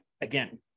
again